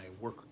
work